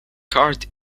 card